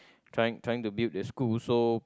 trying trying to build the school so